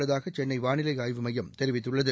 உள்ளதாக சென்னை வானிலை ஆய்வு மையம் தெரிவித்துள்ளது